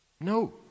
No